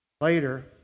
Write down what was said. Later